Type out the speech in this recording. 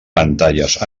pantalles